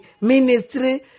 ministry